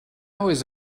always